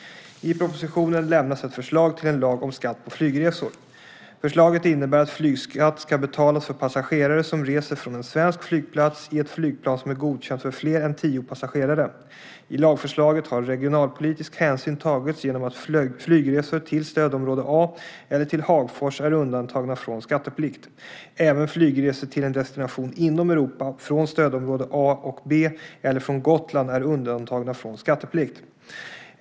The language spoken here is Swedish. I propositionen lämnas ett förslag till en lag om skatt på flygresor. Förslaget innebär att flygskatt ska betalas för passagerare som reser från en svensk flygplats i ett flygplan som är godkänt för fler än tio passagerare. I lagförslaget har regionalpolitisk hänsyn tagits genom att flygresor till stödområde A eller till Hagfors är undantagna från skatteplikt. Även flygresor till en destination inom Europa från stödområde A och B eller från Gotland är undantagna från skatteplikt.